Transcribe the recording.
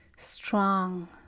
strong